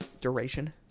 duration